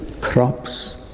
crops